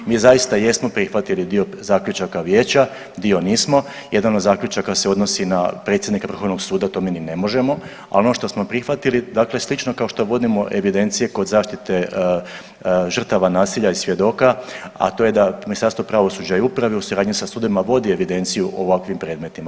Mi zaista jesmo prihvatili dio zaključaka vijeća, dio nismo, Jedan od zaključaka se odnosi na predsjednika Vrhovnog suda to mi ni ne možemo, ali ono što smo prihvatili dakle slično kao što vodimo evidencije kod zaštite žrtava nasilja i svjedoka, a to je da Ministarstvo pravosuđa i uprave u suradnji sa sudovima vodi evidenciju o ovakvim predmetima.